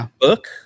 book